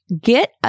get